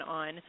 on